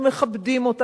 אנחנו מכבדים אותה,